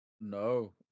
No